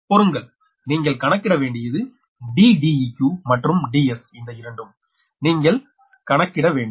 பொறுங்கள் நீங்கள் கணக்கிட வேண்டியது 𝐷𝐷𝑒q மற்றும் 𝐷𝑠 இந்த இரண்டும் நீங்கள் கணக்கிட வேண்டும்